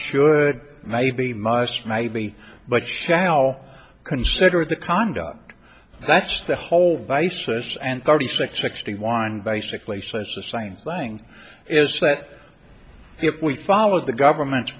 should maybe must maybe but shall consider the conduct that's the whole vices and thirty six sixty one basically says the same lying is if we followed the government's